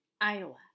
Iowa